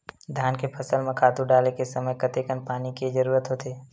धान के फसल म खातु डाले के समय कतेकन पानी के जरूरत होथे?